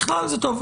בכלל, זה טוב.